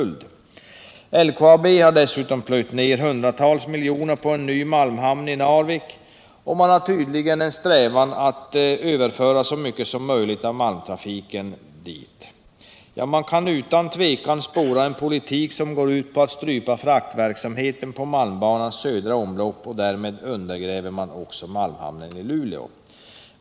LKAB har dessutom plöjt ner hundratals miljoner i en ny malmhamn i Narvik och har tydligen en strävan att överföra så mycket som möjligt av malmtrafiken dit. Man kan utan tvivel spåra en politik, som går ut på att strypa fraktverksamheten på malmbanans södra omlopp, och därmed undergrävs existensen av malmhamnen i Luleå.